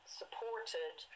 supported